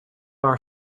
our